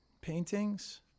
paintings